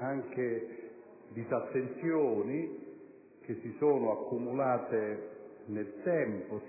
anche disattenzioni che si sono accumulate nel tempo: